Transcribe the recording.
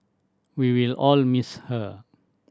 we will all miss her